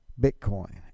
Bitcoin